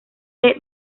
the